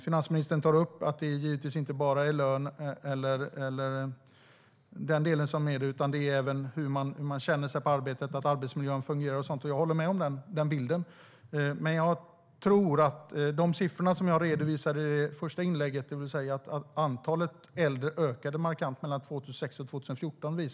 Finansministern tar upp att det givetvis inte bara handlar om lön utan även om hur man känner sig på arbetet, att arbetsmiljön fungerar, och jag delar den bilden. Jag redovisade siffror i mitt första inlägg som visar på att antalet äldre ökade markant 2006-2014.